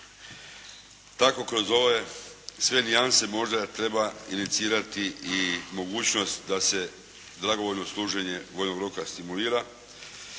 Tako kroz ove sve nijanse možda treba inicirati i mogućnost da se dragovoljno služenje vojnog roka stimulira.